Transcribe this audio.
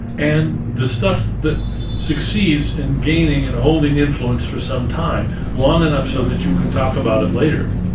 and the stuff that succeeds in gaining and holding influence for some time, long enough so that you can talk about it later,